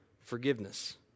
forgiveness